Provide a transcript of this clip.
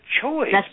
choice